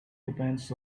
depends